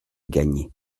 gagné